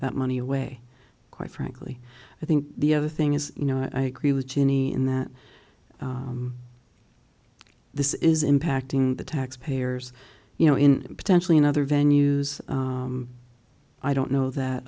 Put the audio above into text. that money away quite frankly i think the other thing is you know i agree with jenny in that this is impacting the taxpayers you know in potentially another venue i don't know that